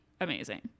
amazing